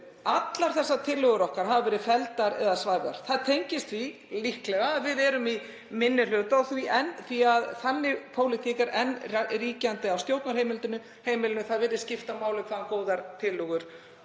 allar þessar tillögur okkar hafa verið felldar eða svæfðar. Það tengist því líklega að við erum í minni hluta því að þannig pólitík er enn ríkjandi á stjórnarheimilinu að það virðist skipta máli hvaðan góðar tillögur